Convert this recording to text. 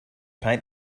paint